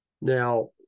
Now